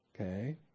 Okay